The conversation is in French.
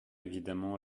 évidemment